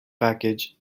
package